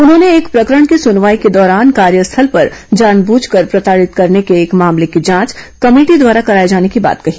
उन्होंने एक प्रकरण की सनवाई के दौरान कार्यस्थल पर जानबुझकर प्रताड़ित करने के एक मामले की जांच कमेटी द्वारा कराए जाने की बात कही